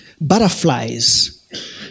butterflies